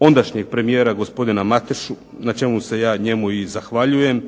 ondašnjeg premijera gospodina Matešu, na čemu se ja njemu i zahvaljujem,